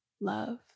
love